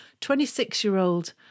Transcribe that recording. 26-year-old